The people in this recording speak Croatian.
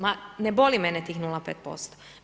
Ma ne boli mene tih 0,5%